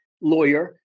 lawyer